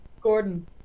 Gordon